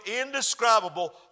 indescribable